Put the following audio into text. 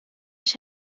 ich